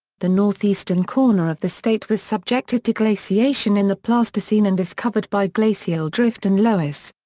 the northeastern corner of the state was subjected to glaciation in the pleistocene and is covered by glacial drift and loess.